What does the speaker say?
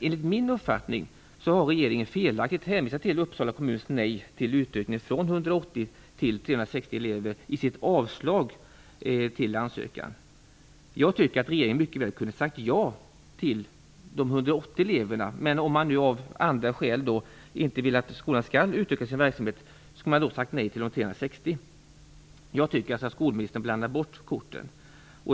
Enligt min uppfattning har regeringen i avslaget på ansökan felaktigt hänvisat till Uppsala kommuns nej till en utökning från 180 till 360 elever. Jag tycker att regeringen mycket väl kunde ha sagt ja till ansökan avseende de 180 eleverna. Men om man nu av andra skäl inte vill att skolan skall utöka sin verksamhet, skulle man då ha sagt nej till de 360? Jag tycker att skolministern blandar ihop korten.